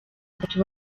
batatu